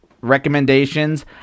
recommendations